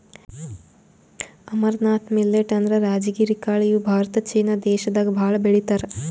amaranth millet ಅಂದ್ರ ರಾಜಗಿರಿ ಕಾಳ್ ಇವ್ ಭಾರತ ಚೀನಾ ದೇಶದಾಗ್ ಭಾಳ್ ಬೆಳಿತಾರ್